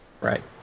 Right